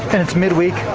and it's midweek,